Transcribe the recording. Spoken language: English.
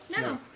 No